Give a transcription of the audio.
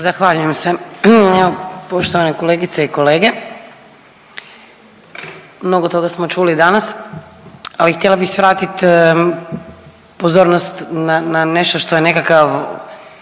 Zahvaljujem se. Poštovane kolegice i kolege. Mnogo smo čuli danas, ali htjela bih svratiti pozornost na nešto što je nekakav